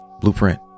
Blueprint